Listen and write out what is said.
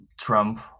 trump